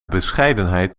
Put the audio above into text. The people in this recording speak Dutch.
bescheidenheid